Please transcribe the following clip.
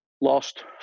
Lost